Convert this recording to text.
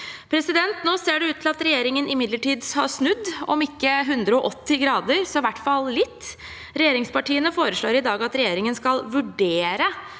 Nå ser det ut til at regjeringen imidlertid har snudd, om ikke 180 grader, så i hvert fall litt. Regjeringspartiene foreslår i dag at regjeringen skal vurdere